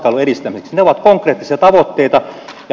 ne ovat konkreettisia tavoitteita